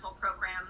program